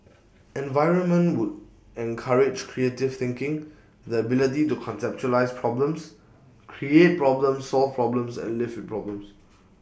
environment would encourage creative thinking the ability to conceptualise problems create problems solve problems and live with problems